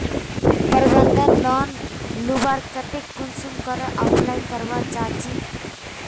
प्रबंधन लोन लुबार केते कुंसम करे अप्लाई करवा चाँ चची?